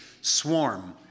swarm